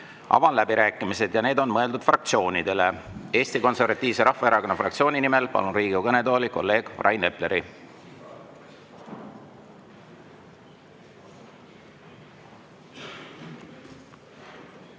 Avan läbirääkimised ja need on mõeldud fraktsioonidele. Eesti Konservatiivse Rahvaerakonna fraktsiooni nimel palun Riigikogu kõnetooli kolleeg Rain Epleri.